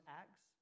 acts